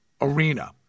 arena